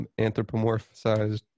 anthropomorphized